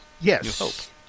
Yes